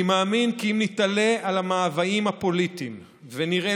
אני מאמין כי אם נתעלה על המאוויים הפוליטיים ונראה